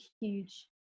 huge